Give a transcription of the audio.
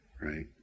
Right